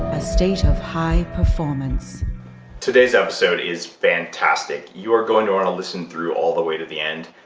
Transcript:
a state of high performance today's episode is fantastic. you're going to want to listen through all the way to the end,